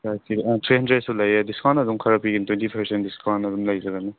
three ꯍꯟꯗ꯭ꯔꯦꯠꯁꯨ ꯂꯩꯑꯦ discount ꯑꯗꯨꯝ ꯈꯔ ꯄꯤꯒꯅꯤ ꯇ꯭ꯋꯦꯟꯇꯤ ꯄꯔꯁꯦꯟ ꯗꯤꯁꯀꯥꯎꯟ ꯑꯗꯨꯝ ꯂꯩꯖꯒꯅꯤ